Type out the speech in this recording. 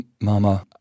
Mama